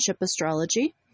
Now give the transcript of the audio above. Astrology